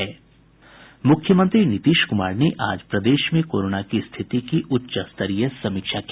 मुख्यमंत्री नीतीश कुमार ने आज प्रदेश में कोरोना की स्थिति की उच्चस्तरीय समीक्षा की